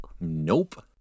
Nope